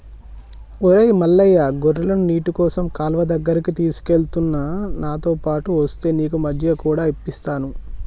ఒరై మల్లయ్య గొర్రెలను నీటికోసం కాలువ దగ్గరికి తీసుకుఎలుతున్న నాతోపాటు ఒస్తే నీకు మజ్జిగ కూడా ఇప్పిస్తాను